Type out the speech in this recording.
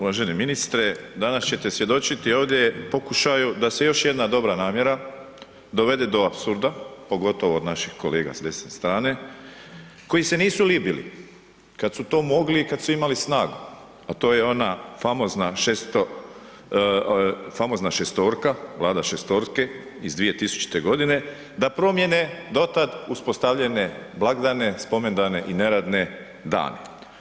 Uvaženi ministre, danas ćete svjedočiti ovdje pokušaju da se još jedna dobra namjera dovede do apsurda pogotovo od naših kolega s desne strane koji se nisu libili kad su to mogli i kad su imali snagu a to je ona famozna šestorka, vlada šestorke iz 2000. g., da promjene do tad uspostavljene blagdane, spomendane i neradne dane.